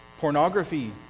pornography